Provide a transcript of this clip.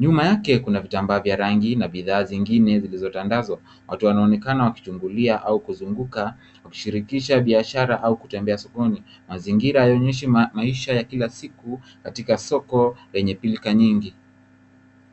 Nyuma yake kuna vitambaa vya rangi na bidhaa zingine zilizotandazwa. Watu wanaonekana wakichungulia au kuzunguka kushirikisha biashara au kutembea sokoni. Mazingira yaonyeshe maisha ya kila siku katika soko lenye pilika nyingi.